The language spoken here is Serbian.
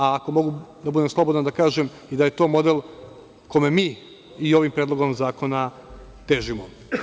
Ako mogu da budem slobodan da kažem i da je to model kome mi i ovim Predlogom zakona težimo.